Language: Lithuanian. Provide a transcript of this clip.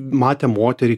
matė moterį